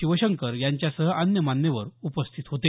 शिवशंकर यांसह अन्य मान्यवर उपस्थित होते